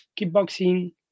kickboxing